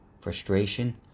frustration